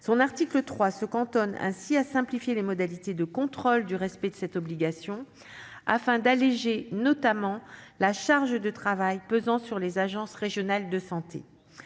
L'article 3 se contente de simplifier les modalités de contrôle du respect de cette obligation, afin d'alléger, notamment, la charge de travail pesant sur les agences régionales de santé.